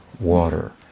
water